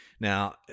Now